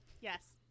Yes